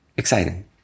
exciting